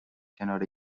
کنار